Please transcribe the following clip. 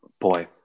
boy